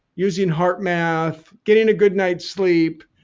using heart math getting a good night's sleep.